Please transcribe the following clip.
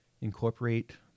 incorporate